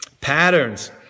patterns